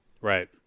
right